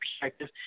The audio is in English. perspective